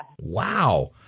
Wow